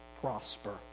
prosper